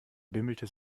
bimmelte